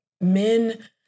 Men